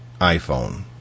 iPhone